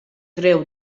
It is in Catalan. greu